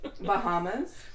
Bahamas